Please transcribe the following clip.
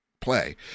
play